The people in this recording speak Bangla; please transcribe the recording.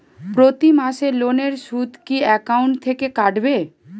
প্রতি মাসে লোনের সুদ কি একাউন্ট থেকে কাটবে?